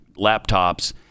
laptops